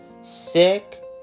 Sick